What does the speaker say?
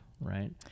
right